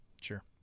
sure